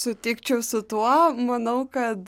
sutikčiau su tuo manau kad